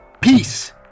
peace